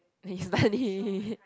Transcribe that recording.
then you study